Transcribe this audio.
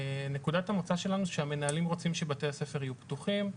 נקודת המוצא שלנו זה שהמנהלים רוצים שבתי הספר יהיו פתוחים,